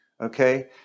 Okay